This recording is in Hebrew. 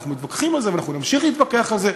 ואנחנו מתווכחים על זה ואנחנו נמשיך להתווכח על זה,